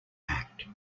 act